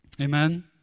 Amen